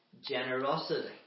generosity